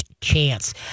chance